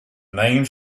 names